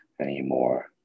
anymore